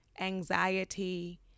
anxiety